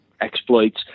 Exploits